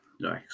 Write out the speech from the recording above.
Nice